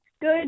Good